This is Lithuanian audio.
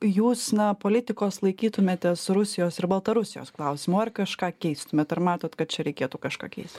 jūs na politikos laikytumėte su rusijos ir baltarusijos klausimu ar kažką keistumėt ar matote kad čia reikėtų kažką keist